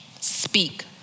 speak